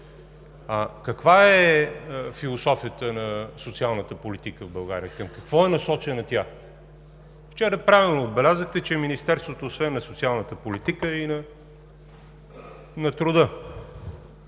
Каква е философията на социалната политика в България, към какво е насочена тя? Вчера правилно отбелязахте, че Министерството освен на социалната политика е и на труда.